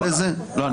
לא.